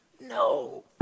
No